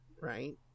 right